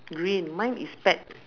green mine is pet